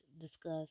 discuss